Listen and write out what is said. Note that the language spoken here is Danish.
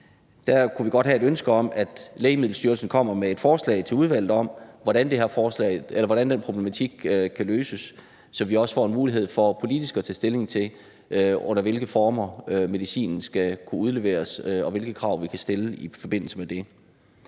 Der kunne vi godt have et ønske om, at Lægemiddelstyrelsen kommer med et forslag til udvalget om, hvordan den her problematik kan løses, så vi også får en mulighed for politisk at tage stilling til, under hvilke former medicinen skal kunne udleveres, og hvilke krav vi kan stille i forbindelse med det.